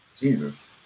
Jesus